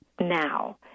now